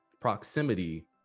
proximity